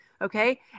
okay